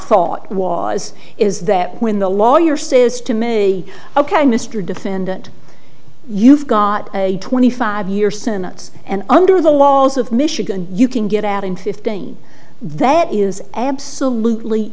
thought was is that when the lawyer says to me ok mr defendant you've got a twenty five year sentence and under the laws of michigan you can get out in fifteen that is absolutely